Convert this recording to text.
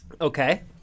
Okay